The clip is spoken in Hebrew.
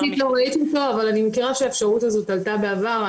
לא ראיתי אותו אבל אני מכירה שהאפשרות הזו עלתה בעבר.